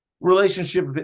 relationship